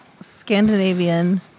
Scandinavian